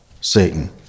Satan